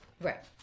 Right